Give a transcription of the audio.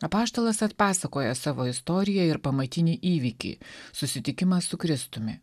apaštalas atpasakoja savo istoriją ir pamatinį įvykį susitikimą su kristumi